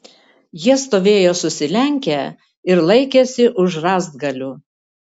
jie stovėjo susilenkę ir laikėsi už rąstgalių